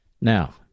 Now